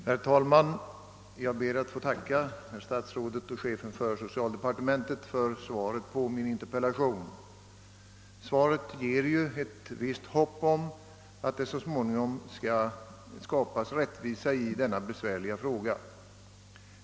Herr talman! Jag ber att få tacka statsrådet och chefen för socialdepartementet för svaret på min interpellation. Det ger ju ett visst hopp om att det så småningom skall skapas rättvisa i denna besvärliga fråga.